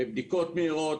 בבדיקות מהירות,